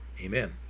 Amen